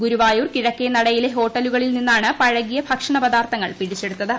ഗുരുവായൂർ കിഴക്കേനടയിലെ ഹോട്ടലുകളിൽ നിന്നാണ് പഴകിയ ഭക്ഷണ പദാർത്ഥങ്ങൾ പിടിച്ചെടുത്തത്